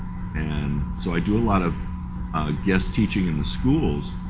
and so i do a lot of guest teaching in the schools.